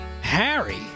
Harry